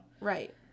Right